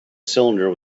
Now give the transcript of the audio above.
cylinder